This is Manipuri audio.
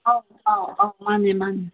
ꯑꯧ ꯑꯧ ꯑꯪ ꯃꯥꯅꯦ ꯃꯥꯅꯦ